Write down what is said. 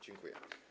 Dziękuję.